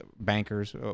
bankers